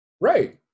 Right